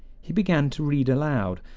he began to read aloud,